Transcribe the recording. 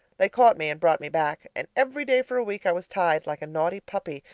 they caught me and brought me back and every day for a week i was tied, like a naughty puppy,